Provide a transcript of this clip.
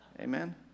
Amen